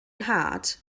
nhad